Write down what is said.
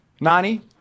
Nani